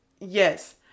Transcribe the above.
Yes